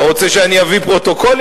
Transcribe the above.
אתה רוצה שאני אביא פרוטוקולים?